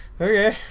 Okay